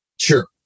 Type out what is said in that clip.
Sure